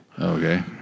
okay